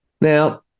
now